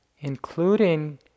including